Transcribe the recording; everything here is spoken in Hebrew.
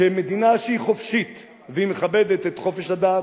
שמדינה שהיא חופשית והיא מכבדת את חופש הדת